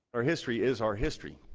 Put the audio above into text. our history is our history.